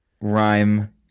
rhyme